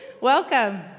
Welcome